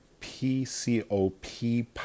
PCOP